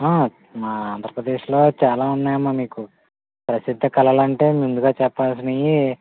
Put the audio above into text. మా ఆంధ్రప్రదేశ్లో చాలా ఉన్నాయమ్మా మీకు ప్రసిద్ధ కళలంటే ముందుగా చెప్పాల్సినవీ